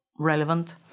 relevant